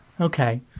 Okay